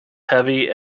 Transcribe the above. heavy